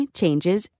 changes